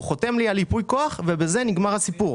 הוא חותם לי על ייפוי כוח ובזה נגמר הסיפור.